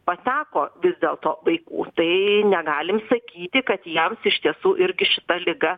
pateko vis dėlto vaikų tai negalim sakyti kad jiems iš tiesų ir šita liga